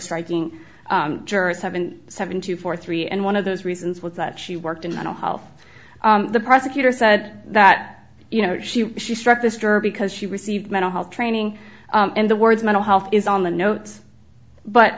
striking jurors seven seven two for three and one of those reasons was that she worked in mental health the prosecutor said that you know she she struck this juror because she received mental health training and the words mental health is on the notes